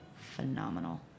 phenomenal